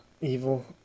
Evil